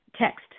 Text